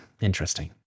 interesting